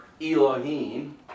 Elohim